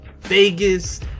Vegas